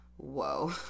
whoa